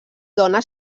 dona